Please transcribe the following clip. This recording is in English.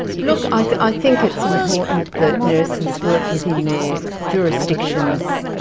look, i think it's important that nurses work within their jurisdictions.